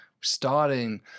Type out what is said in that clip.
Starting